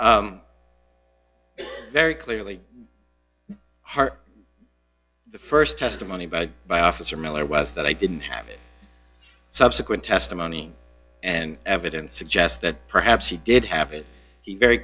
saying very clearly heart the st testimony by by officer miller was that i didn't have it subsequent testimony and evidence suggests that perhaps he did have it he very